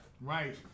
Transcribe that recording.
Right